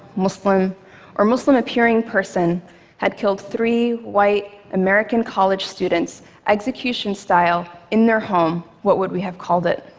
muslim or muslim-appearing person had killed three white american college students execution-style, in their home, what would we have called it?